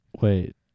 Wait